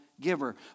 giver